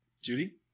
Judy